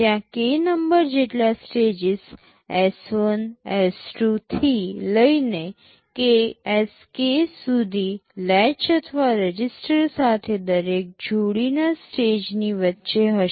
ત્યાં K number જેટલા stages S1 S2 થી લઈને Sk સુધી લેચ અથવા રજીસ્ટર સાથે દરેક જોડીના સ્ટેજની વચ્ચે હશે